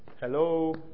Hello